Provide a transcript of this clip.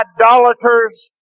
idolaters